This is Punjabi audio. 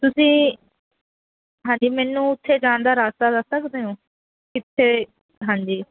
ਤੁਸੀਂ ਹਾਂਜੀ ਮੈਨੂੰ ਉੱਥੇ ਜਾਣ ਦਾ ਰਸਤਾ ਦੱਸ ਸਕਦੇ ਹੋ ਕਿੱਥੇ ਹਾਂਜੀ